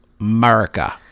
America